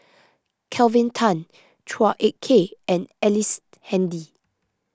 Kelvin Tan Chua Ek Kay and Ellice Handy